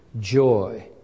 joy